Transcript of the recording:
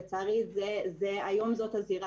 תפקידו של צה"ל זה לתת לציבור,